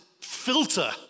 filter